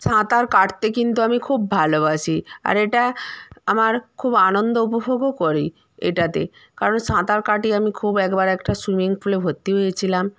সাঁতার কাটতে কিন্তু আমি খুব ভালোবাসি আর এটা আমার খুব আনন্দ উপভোগও করি এটাতে কারণ সাঁতার কাটি আমি খুব একবার একটা সুইমিং পুলে ভর্তি হয়েছিলাম